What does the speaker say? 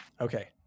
Okay